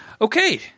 okay